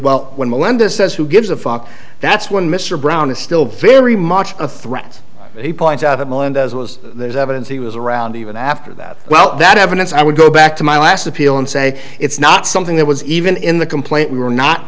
well when melinda says who gives a fuck that's when mr brown is still very much a threat he points out that melendez was there's evidence he was around even after that well that evidence i would go back to my last appeal and say it's not something that was even in the complaint we were not